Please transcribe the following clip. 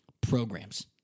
programs